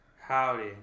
Howdy